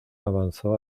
avanzó